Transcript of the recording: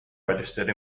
registered